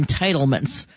entitlements